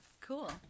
cool